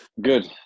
good